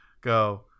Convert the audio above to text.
go